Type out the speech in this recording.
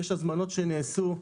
יש הזמנות שנעשו,